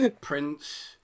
Prince